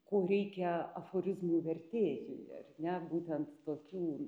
ko reikia aforizmų vertėjai ar ne būtent tokių